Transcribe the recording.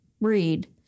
read